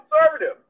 conservative